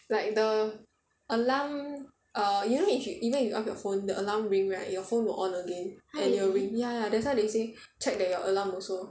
like the alarm err you know if you even if you off your phone the alarm ring right your phone will on again and it will ring ya ya that's why they say check that your alarm also